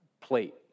plate